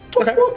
Okay